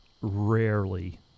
rarely